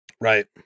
Right